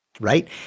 right